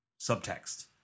subtext